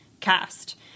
cast